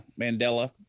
Mandela